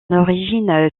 origine